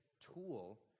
tool